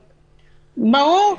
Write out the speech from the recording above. אבל --- ברור.